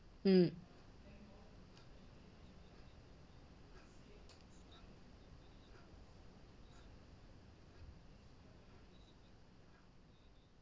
mm